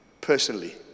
personally